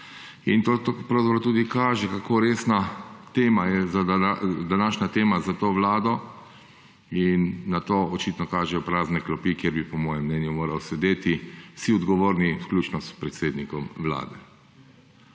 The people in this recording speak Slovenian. tudi kaže, kako resna je današnja tema za to Vlado in na to očitno kažejo prazne klopi, kjer bi po mojem mnenju morali sedeti vsi odgovorni, vključno s predsednikom Vlade.